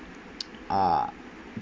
uh